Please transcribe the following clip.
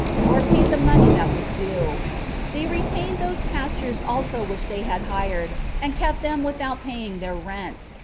nor paid the money that was due they retained those pastures also which they had hired, and kept them without paying their rent,